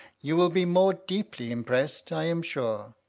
you will be more deeply impressed, i am sure.